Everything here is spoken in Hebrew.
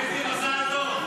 קטי, מזל טוב.